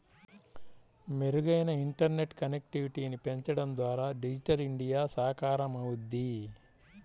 మెరుగైన ఇంటర్నెట్ కనెక్టివిటీని పెంచడం ద్వారా డిజిటల్ ఇండియా సాకారమవుద్ది